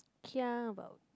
kia about